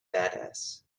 badass